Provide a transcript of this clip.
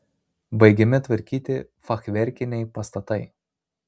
baigiami tvarkyti fachverkiniai pastatai